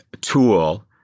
tool